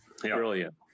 Brilliant